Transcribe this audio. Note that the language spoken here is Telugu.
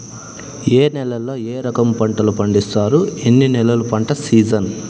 ఏ నేలల్లో ఏ రకము పంటలు పండిస్తారు, ఎన్ని నెలలు పంట సిజన్?